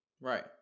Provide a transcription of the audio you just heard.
Right